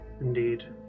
indeed